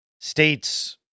states